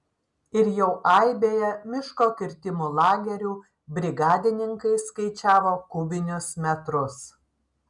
ir jau aibėje miško kirtimo lagerių brigadininkai skaičiavo kubinius metrus